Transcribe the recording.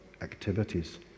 activities